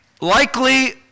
Likely